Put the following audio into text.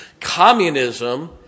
Communism